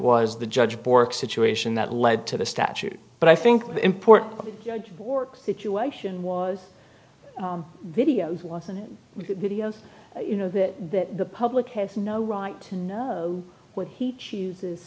was the judge bork situation that led to the statute but i think the important judge bork situation was videos wasn't it good video you know that the public has no right to know what he chooses